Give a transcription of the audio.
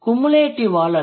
cumulative ஆல் அல்ல